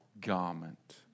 garment